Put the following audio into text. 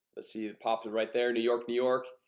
let's see it pop it right there, new york, new york.